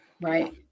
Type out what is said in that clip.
Right